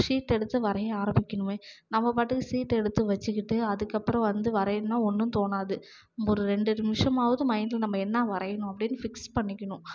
sheet எடுத்து வரைய ஆரமிக்கணுமே நம்ம பாட்டுக்கு ஷீட் எடுத்து வச்சிக்கிட்டு அதுக்கப்புறம் வந்து வரையணும்னா ஒன்றும் தோணாது ஒரு ரெண்டு நிமிஷமாவது மைண்ட்ல நம்ம என்ன வரையணும் அப்படின்னு ஃபிக்ஸ் பண்ணிக்கணும்